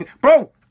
bro